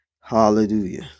Hallelujah